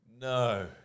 No